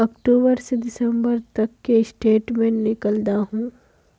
अक्टूबर से दिसंबर तक की स्टेटमेंट निकल दाहू?